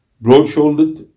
broad-shouldered